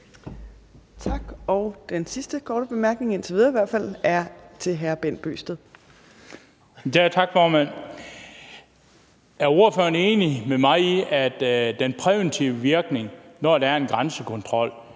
Er ordføreren enig med mig i, at den præventive virkning, når der er en grænsekontrol,